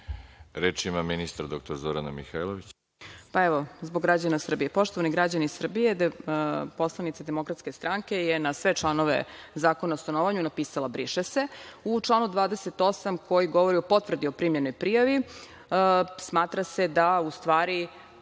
Reč ima ministar dr Zorana Mihajlović. **Zorana Mihajlović** Evo, zbog građana Srbija. Poštovani građani Srbije, poslanica DS je na sve članove Zakona o stanovanju napisala „briše se“. U članu 28. koji govori o potvrdi o primljenoj prijavi smatra se da u stvari